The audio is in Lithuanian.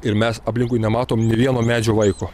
ir mes aplinkui nematom nė vieno medžio vaiko